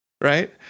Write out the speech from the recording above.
right